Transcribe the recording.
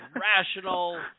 rational